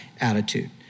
attitude